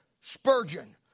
Spurgeon